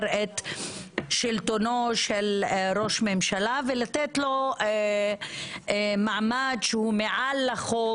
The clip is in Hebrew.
את שלטונו של ראש ממשלה ולתת לו מעמד שהוא מעל החוק,